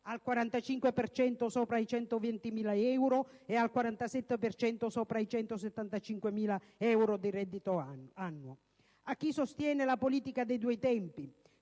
cento sopra ai 120.000 euro e al 47 per cento sopra a 175.000 euro di reddito annuo. A chi sostiene la politica dei due tempi